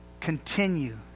continue